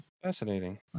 Fascinating